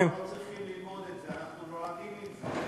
אנחנו לא צריכים ללמוד את זה, אנחנו נולדים עם זה.